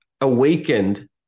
awakened